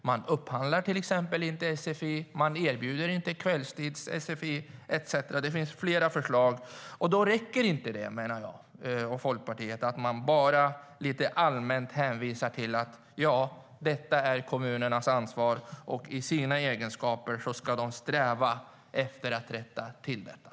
Dessa kommuner upphandlar inte sfi, erbjuder inte sfi på kvällstid etcetera. Det finns fler exempel.